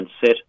set